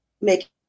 make